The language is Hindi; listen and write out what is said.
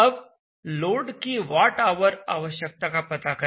अब लोड की वाट आवर आवश्यकता का पता करें